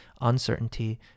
uncertainty